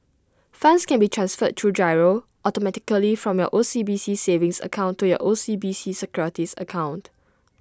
funds can be transferred through GIRO automatically from your O C B C savings account to your O C B C securities account